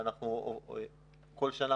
וכל שנה